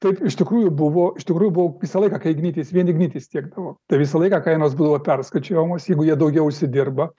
taip iš tikrųjų buvo iš tikrųjų buvo visą laiką kai ignitis vien ignitis tiekdavo tai visą laiką kainos būdavo perskaičiuojamos jeigu jie daugiau užsidirba